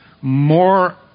more